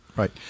Right